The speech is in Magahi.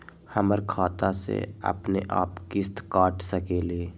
हमर खाता से अपनेआप किस्त काट सकेली?